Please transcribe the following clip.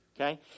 Okay